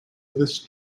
this